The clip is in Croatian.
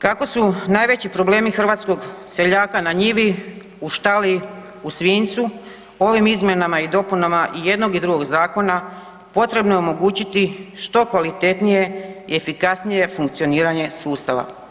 Kako su najveći problemi hrvatskog seljaka na njivi, u štali, u svinjcu, ovim izmjenama i dopunama i jednog i drugog zakona potrebno je omogućiti što kvalitetnije i efikasnije funkcioniranje sustava.